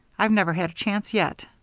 i've never had a chance yet,